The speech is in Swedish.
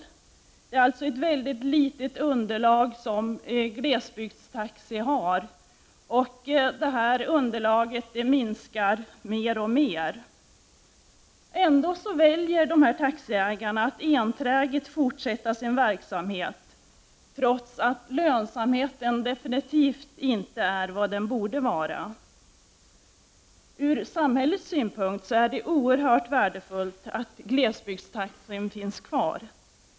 Glesbygdstaxi har alltså ett mycket litet kundunderlag, som ofta är minskande. Ändå väljer många taxiägare att enträget fortsätta sin verksamhet, trots att lönsamheten definitivt inte är vad den borde vara. Ur samhällets synpunkt är det oerhört värdefullt att glesbygdstaxi finns kvar.